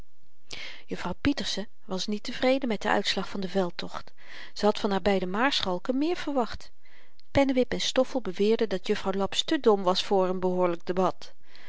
juffrouw pieterse was niet tevreden met den uitslag van den veldtocht ze had van haar beide maarschalken meer verwacht pennewip en stoffel beweerden dat juffrouw laps te dom was voor n behoorlyk debat